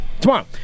Tomorrow